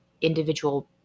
individual